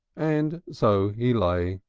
and so he lay.